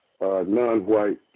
non-white